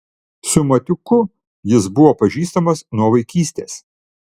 su matiuku jis buvo pažįstamas nuo vaikystės